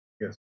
Yes